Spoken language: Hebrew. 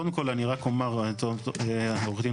קודם כל אני רק אומר לעו"ד רוזנר,